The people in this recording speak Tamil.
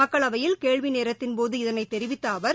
மக்களவையில் கேள்வி நேரத்தின்போது இதனை தெரிவித்த அவர்